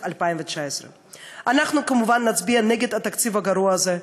2019. אנחנו כמובן נצביע נגד התקציב הגרוע הזה,